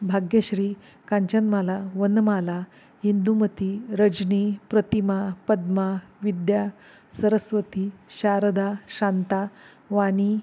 Bhagyashree Kanchanmala Vanmala Indumati Rajani Pratima Padma Vidya Saraswati Sharada Shanta Wani